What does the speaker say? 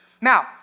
Now